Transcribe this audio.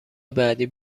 بعدی